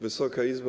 Wysoka Izbo!